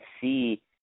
see